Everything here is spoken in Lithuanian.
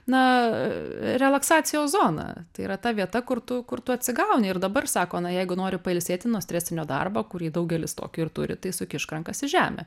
na relaksacijos zona tai yra ta vieta kur tu kur tu atsigauni ir dabar sako na jeigu nori pailsėti nuo stresinio darbo kurį daugelis tokį ir turi tai sukišk rankas į žemę